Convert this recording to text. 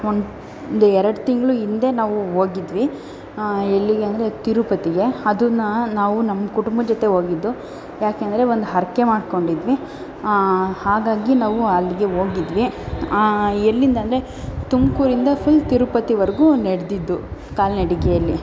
ಒಂದು ಎರಡು ತಿಂಗಳು ಹಿಂದೆ ನಾವು ಹೋಗಿದ್ವಿ ಎಲ್ಲಿಗೆ ಅಂದರೆ ತಿರುಪತಿಗೆ ಅದನ್ನು ನಾವು ನಮ್ಮ ಕುಟುಂಬದ ಜೊತೆ ಹೋಗಿದ್ದು ಯಾಕೆ ಅಂದರೆ ಒಂದು ಹರಕೆ ಮಾಡಿಕೊಂಡಿದ್ವಿ ಹಾಗಾಗಿ ನಾವು ಅಲ್ಲಿಗೆ ಹೋಗಿದ್ವಿ ಎಲ್ಲಿಂದ ಅಂದರೆ ತುಮಕೂರಿಂದ ಫುಲ್ ತಿರುಪತಿವರೆಗೂ ನೆಡೆದಿದ್ದು ಕಾಲುನಡಿಗೆಯಲ್ಲಿ